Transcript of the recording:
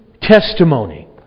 testimony